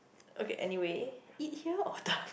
okay anyway eat here or dab~